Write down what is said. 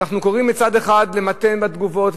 אנחנו קוראים מצד אחד למתן את תגובות,